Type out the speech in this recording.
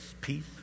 peace